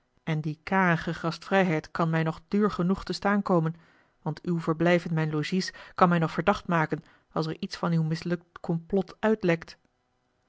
en die karige gastvrijheid kan mij nog duur genoeg te staan komen want uw verblijf in mijn logies kan mij nog verdacht maken als er iets van uw mislukt complot uitlekt